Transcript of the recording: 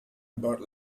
about